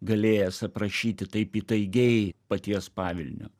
galėjęs aprašyti taip įtaigiai paties pavilnio